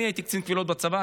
אני הייתי קצין קבילות בצבא,